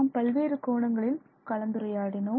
நாம் பல்வேறு கோணங்களில் கலந்துரையாடினோம்